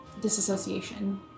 disassociation